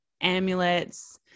amulets